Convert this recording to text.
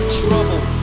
trouble